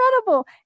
incredible